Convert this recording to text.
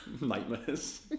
Nightmares